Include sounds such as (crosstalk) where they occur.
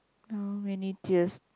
(noise) many tiers